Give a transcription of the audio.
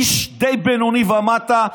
איש די בינוני ומטה,